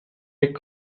liegt